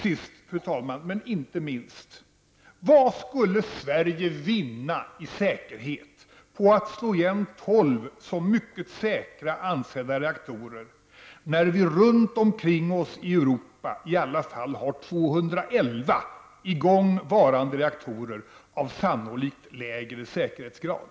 Sist, men inte minst, vad skulle Sverige vinna i säkerhet på att slå igen tolv reaktorer som anses vara mycket säkra, när vi runt omkring oss i Europa i alla fall har 211 igång varande reaktorer av sannolikt lägre säkerhetsgrad?